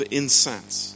incense